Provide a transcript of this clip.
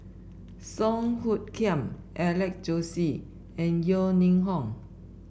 Song Hoot Kiam Alex Josey and Yeo Ning Hong